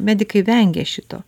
medikai vengia šito